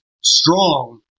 strong